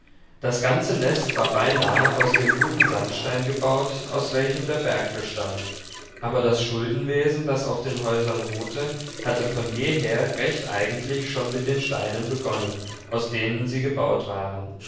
das ganze nest war beinahe aus dem guten sandstein gebaut aus welchem der berg bestand aber das schuldenwesen das auf den häusern ruhte hatte von jeher recht eigentlich schon mit den steinen begonnen aus denen sie gebaut waren